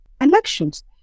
Elections